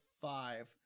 five